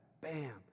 Bam